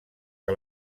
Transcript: que